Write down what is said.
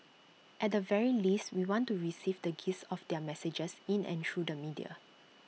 at the very least we want to receive the gist of their messages in and through the media